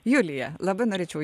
julija labai norėčiau